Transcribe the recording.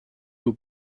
aux